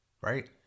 Right